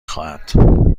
خواهد